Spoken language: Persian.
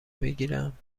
بگیرم